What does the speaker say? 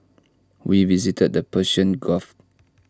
we visited the Persian gulf